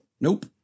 Nope